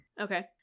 Okay